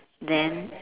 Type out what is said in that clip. then